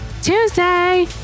Tuesday